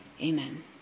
Amen